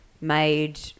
made